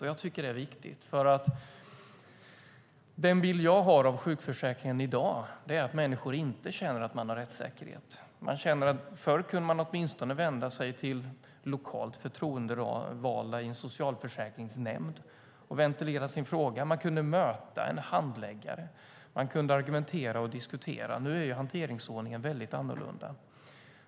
Det tycker jag är viktigt. Den bild jag har av sjukförsäkringen i dag är att människor inte känner att man har rättssäkerhet. Förr kunde man åtminstone vända sig till lokalt förtroendevalda i en socialförsäkringsnämnd för att ventilera sin fråga. Man kunde möta en handläggare och argumentera och diskutera. Nu är hanteringsordningen väldigt annorlunda.